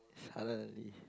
is halal already